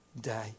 day